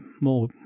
more